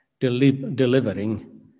delivering